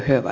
tack